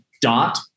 dot